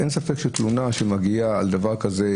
אין ספק שתלונה שמגיעה על דבר כזה,